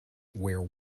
where